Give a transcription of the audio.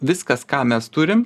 viskas ką mes turim